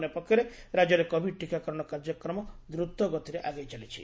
ଅନ୍ୟପକ୍ଷରେ ରାଜ୍ୟରେ କୋଭିଡ୍ ଟିକାକରଣ କାର୍ଯ୍ୟକ୍ରମ ଦ୍ରତଗତିରେ ଆଗେଇ ଚାଲିଛି